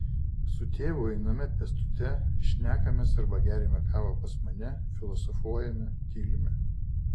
su tėvu einame pėstute šnekamės arba geriame kavą pas mane filosofuojame tylime